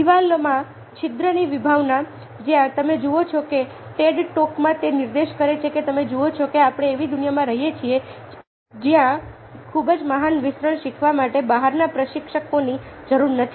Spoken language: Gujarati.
દિવાલમાં છિદ્રની વિભાવના જ્યાં તમે જુઓ છો કે ટેડ ટોકમાં તે નિર્દેશ કરે છે કે તમે જુઓ છો કે આપણે એવી દુનિયામાં રહીએ છીએ જ્યાં ખૂબ જ મહાન વિસ્તરણ શીખવા માટે બહારના પ્રશિક્ષકોની જરૂર નથી